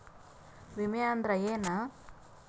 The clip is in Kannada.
ವಿಮೆ ಅಂದ್ರೆ ಏನ?